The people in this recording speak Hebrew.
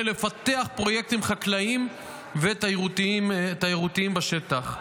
יהיה לפתח פרויקטים חקלאיים ותיירותיים בשטח.